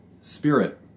spirit